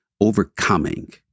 overcoming